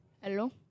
Hello